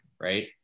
right